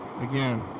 again